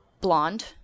blonde